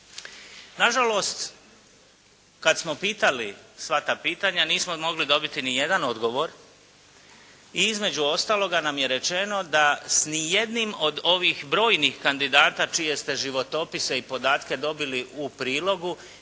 Nažalost kad smo pitali sva ta pitanja nismo mogli dobiti nijedan odgovor i između ostaloga nam je rečeno da s nijednim od ovih brojnih kandidata čije ste životopise i podatke dobili u prilogu